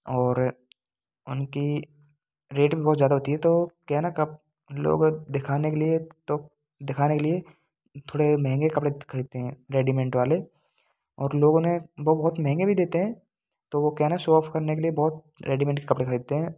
और उनकी रेट भी बहुत ज़्यादा होती है तो क्या है ना लोग दिखाने के लिए तो दिखाने के लिए थोड़े महँगे कपड़े खरीदते हैं रेडीमेंट वाले और लोग उन्हें वो बहुत महँगे भी देते हें तो वो क्या है ना शो ऑफ़ करने के लिए बहुत रेडीमेंट कपड़े खरीदते हैं